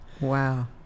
Wow